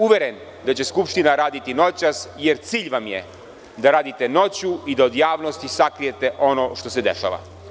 Uveren sam da će Skupština raditi noćas jer cilj vam je da radite noću i da od javnosti sakrijete ono što se dešava.